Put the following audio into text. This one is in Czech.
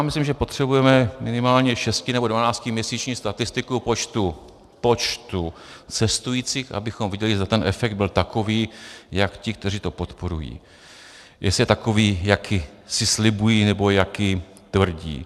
Myslím, že potřebujeme minimálně šesti nebo dvanáctiměsíční statistiku počtu cestujících, abychom viděli, zda ten efekt byl takový, jak ti, kteří to podporují, jestli je takový, jaký si slibují, nebo jaký tvrdí.